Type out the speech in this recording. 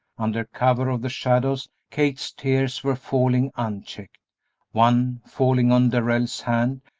under cover of the shadows kate's tears were falling unchecked one, falling on darrell's hand,